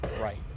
Right